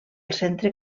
centre